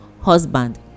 husband